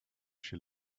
she